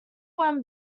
when